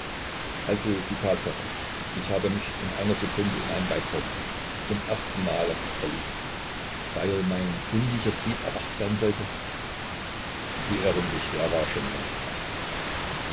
also die tatsache ich habe mich in einer sekunde in ein weib verliebt zum ersten male verliebt weil mein sinnlicher trieb erwacht sein sollte sie irren sich der war schon längst wach